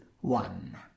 one